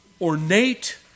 ornate